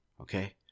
Okay